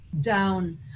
down